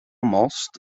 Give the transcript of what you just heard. most